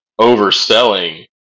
overselling